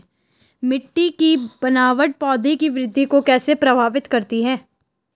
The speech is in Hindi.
मिट्टी की बनावट पौधों की वृद्धि को कैसे प्रभावित करती है?